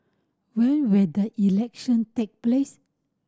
when will the election take place